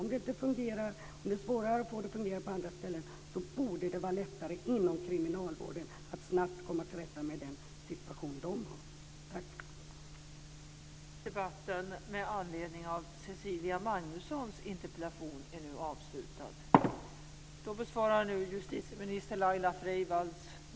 Om det är svårare att få det att fungera på andra ställen borde det vara lättare inom kriminalvården att snabbt komma till rätta med den situation man har där.